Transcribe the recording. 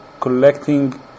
collecting